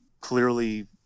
clearly